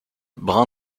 brun